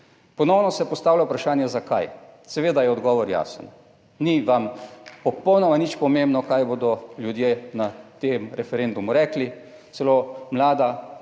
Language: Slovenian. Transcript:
Ponovno se postavlja vprašanje zakaj. Seveda je odgovor jasen. Ni vam popolnoma nič pomembno, kaj bodo ljudje na tem referendumu rekli. Celo mlada